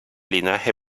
linaje